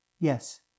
Yes